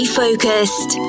focused